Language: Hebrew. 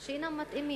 שאינם מתאימים.